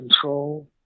control